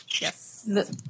Yes